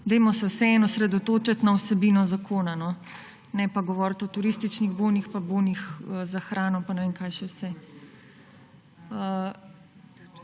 Dajmo se vseeno osredotočiti na vsebino zakona, ne pa govoriti o turističnih bonih pa bonih za hrano pa ne vem kaj še vse.